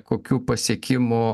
kokių pasiekimų